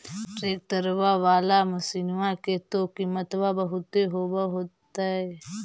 ट्रैक्टरबा बाला मसिन्मा के तो किमत्बा बहुते होब होतै?